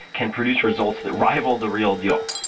can produce results that rival the real deal.